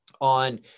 on